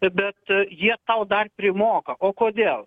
bet jie tau dar primoka o kodėl